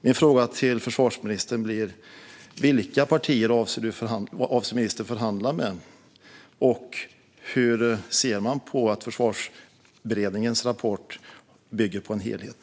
Min fråga till försvarsministern blir: Vilka partier avser ministern att förhandla med, och hur ser man på att Försvarsberedningens rapport bygger på en helhet?